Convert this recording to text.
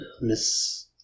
miss